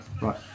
right